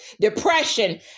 depression